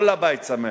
כל הבית שמח.